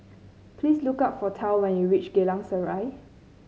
please look for Tal when you reach Geylang Serai